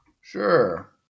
Sure